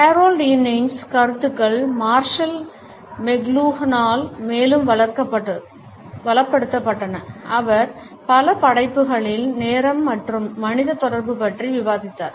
Harold இன்னிஸின் கருத்துக்கள் Marshall மெக்லூஹனால் மேலும் வளப்படுத்தப்பட்டன அவர் பல படைப்புகளில் நேரம் மற்றும் மனித தொடர்பு பற்றி விவாதித்தார்